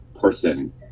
person